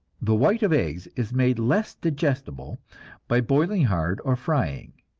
the white of eggs is made less digestible by boiling hard or frying.